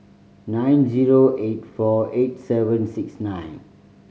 nine zero eight four eight seven six nine